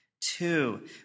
Two